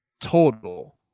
total